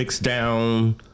down